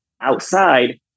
Outside